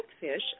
fish